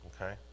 okay